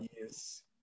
Yes